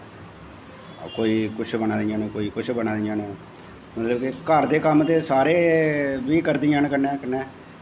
कोई कुछ बना दियां न कोई कुछ बना दियां न मतलब के घर दे कम्म ते सारे बी करदियां न कन्नै